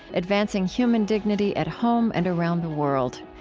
advancing human dignity at home and around the world.